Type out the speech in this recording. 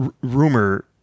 rumor